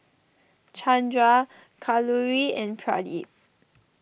Chandra Kalluri and Pradip